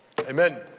amen